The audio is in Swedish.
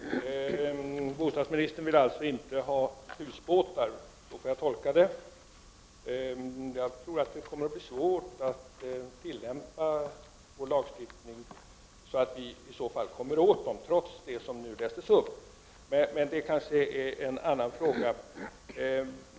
Fru talman! Bostadsministern vill alltså inte ha husbåtar — så får jag tolka det här svaret. Jag tror att det kommer att bli svårt att tillämpa vår lagstiftning så att vi kommer åt husbåtarna, trots det som lästes upp. Men det är kanske en annan fråga.